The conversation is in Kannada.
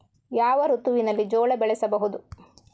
ಯಾವ ಋತುವಿನಲ್ಲಿ ಜೋಳ ಬೆಳೆಸಬಹುದು?